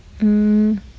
-hmm